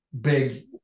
big